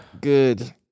Good